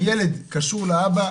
הילד קשור לאבא,